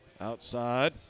outside